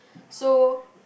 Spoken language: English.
so